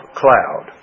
cloud